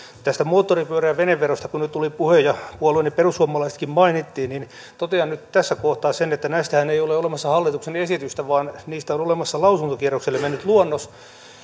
näistä moottoripyörä ja veneveroista kun nyt oli puhe ja puolueeni perussuomalaisetkin mainittiin niin totean nyt tässä kohtaa sen että näistähän ei ole olemassa hallituksen esitystä vaan niistä on olemassa lausuntokierrokselle mennyt luonnos